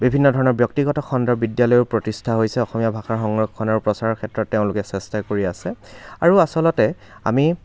বিভিন্ন ধৰণৰ ব্যক্তিগত খণ্ডৰ বিদ্যালয়ো প্ৰতিষ্ঠা হৈছে অসমীয়া ভাষাৰ সংৰক্ষণৰ প্ৰচাৰৰ ক্ষেত্ৰত তেওঁলোকে চেষ্টা কৰি আছে আৰু আচলতে আমি